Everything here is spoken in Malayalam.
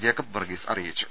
ജേക്കബ് വർഗീസ് അറിയിച്ചു